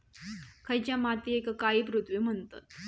खयच्या मातीयेक काळी पृथ्वी म्हणतत?